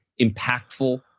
impactful